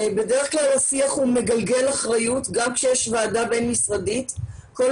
בדרך כלל השיח מגלגל אחריות גם כשיש ועדה בין-משרדית וכל